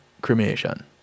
cremation